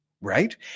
right